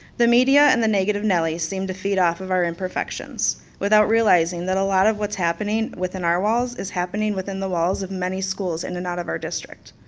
the media and the negative nellys seemed to feed off of our imperfections without realizing that a lot of what's happening within our walls is happening within the walls of many schools and they're and not of our district.